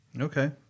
Okay